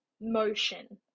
motion